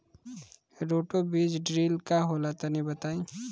Roto बीज drill का होला तनि बताई?